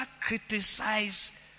criticize